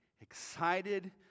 excited